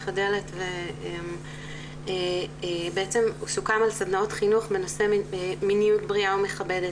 הדלת ובעצם סוכם על סדנאות חינוך בנושא מיניות בריאה ומכבדת,